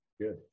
Good